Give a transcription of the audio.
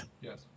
Yes